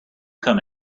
come